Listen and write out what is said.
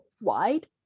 wide